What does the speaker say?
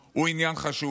הוא עניין חשוב.